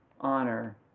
honor